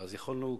אז יכולנו,